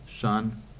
Son